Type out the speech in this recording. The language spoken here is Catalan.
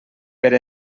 per